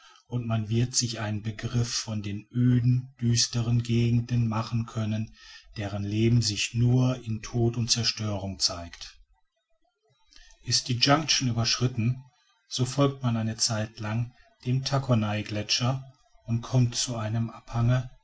und man wird sich einen begriff von den öden düsteren gegenden machen können deren leben sich nur in tod und zerstörung zeigt ist die jonction überschritten so folgt man eine zeit lang dem tacconay gletscher und kommt zu einem abhange